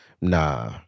nah